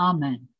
Amen